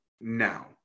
now